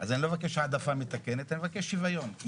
אז אני לא מבקש העדפה מתקנת, אני מבקש שוויון.